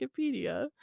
Wikipedia